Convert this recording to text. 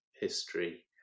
history